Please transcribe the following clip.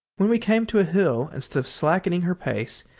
when we came to a hill, instead of slackening her pace,